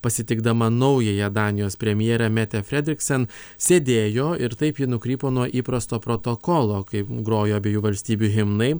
pasitikdama naująją danijos premjerę metę fredriksen sėdėjo ir taip ji nukrypo nuo įprasto protokolo kai grojo abiejų valstybių himnai